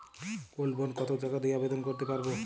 Gold bond কত টাকা দিয়ে আবেদন করতে পারবো?